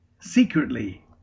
secretly